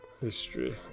history